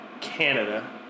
Canada